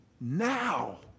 Now